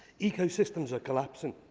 ecosystems are collapsing,